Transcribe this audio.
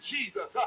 Jesus